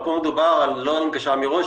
פה מדובר על הנגשה בדיעבד ולא על הנגשה מראש,